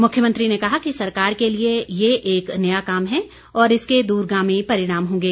मुख्यमंत्री ने कहा कि सरकार के लिए यह एक नया काम है और इसके दूरगामी परिणाम होंगे